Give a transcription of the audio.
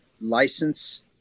license